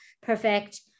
perfect